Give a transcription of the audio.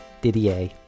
Didier